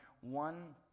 one